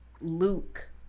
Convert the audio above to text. Luke